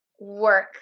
work